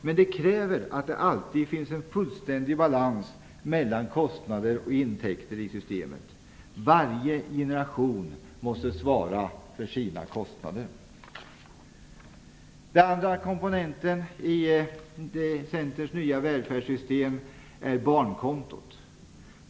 Men det kräver att det alltid finns en fullständig balans mellan kostnader och intäkter i systemet. Varje generation måste svara för sina kostnader. Den andra komponenten i Centerns nya välfärdssystem är barnkontot.